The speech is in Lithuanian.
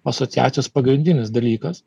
asociacijos pagrindinis dalykas